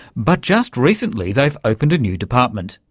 but just recently they've opened a new department,